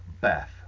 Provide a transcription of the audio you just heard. Beth